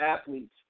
athletes